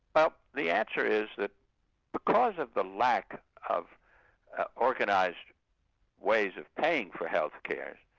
but the answer is that because of the lack of organised ways of paying for health care,